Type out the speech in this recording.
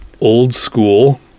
old-school